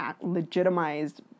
legitimized